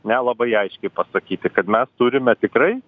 ne labai aiškiai pasakyti kad mes turime tikrai